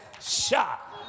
shot